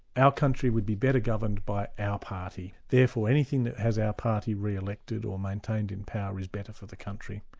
our country would be better governed by our party, therefore anything that has our party re-elected or maintained in power, is better for the country.